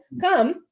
come